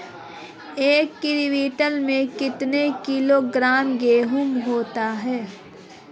एक क्विंटल में कितना किलोग्राम गेहूँ होता है?